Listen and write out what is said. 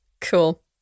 Cool